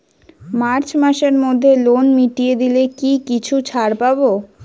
March মাসের মধ্যে loan মিটিয়ে দিলে কি কিছু ছাড় পাব?